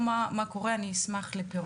אני אשמח לשמוע.